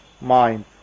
mind